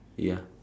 ya